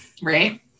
Right